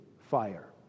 fire